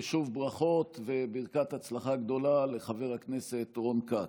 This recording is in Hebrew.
ושוב ברכות וברכת הצלחה גדולה לחבר הכנסת רון כץ.